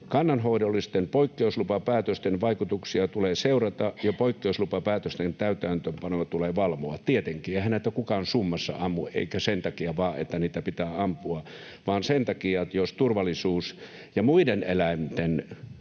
Kannanhoidollisten poikkeuslupapäätösten vaikutuksia tulee seurata ja poikkeuslupapäätösten täytäntöönpanoa tulee valvoa.” Tietenkin — eihän näitä kukaan summassa ammu, eikä vain sen takia, että niitä pitää ampua, vaan sen takia, jos turvallisuus ja muiden eläinten